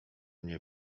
nie